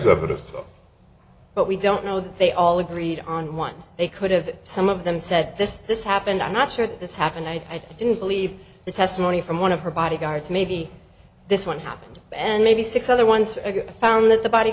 to but we don't know that they all agreed on one they could have some of them said this this happened i'm not sure that this happened i didn't believe the testimony from one of her bodyguards maybe this one happened and maybe six other ones found that the body